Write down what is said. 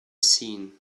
seen